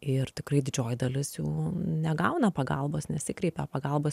ir tikrai didžioji dalis jų negauna pagalbos nesikreipia pagalbos